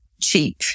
cheap